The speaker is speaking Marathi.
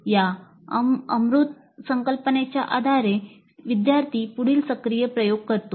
या अमूर्त संकल्पनेच्या आधारे विद्यार्थी पुढील सक्रिय प्रयोग करतो